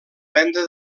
venda